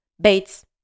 Bates